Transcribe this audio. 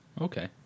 okay